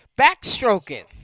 Backstroking